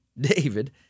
David